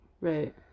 Right